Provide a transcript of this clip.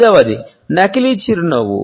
ఐదవది నకిలీ చిరునవ్వు